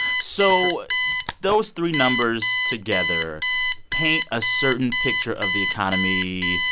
so those three numbers together paint a certain picture of the economy.